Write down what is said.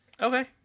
Okay